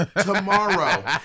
tomorrow